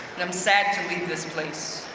and i'm sad to leave this place.